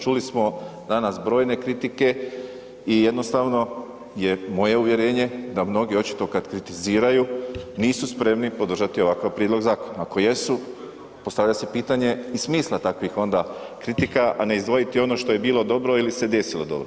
Čuli smo danas brojne kritike i jednostavno je moje uvjerenje, da mnogi očito kad kritiziraju, nisu spremni podržati ovakav prijedlog zakona, ako jesu, postavlja se pitanje i smisla takvih onda kritika, a ne izdvojiti ono što je bilo dobro ili se desilo dobro.